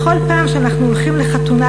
בכל פעם שאנחנו הולכים לחתונה,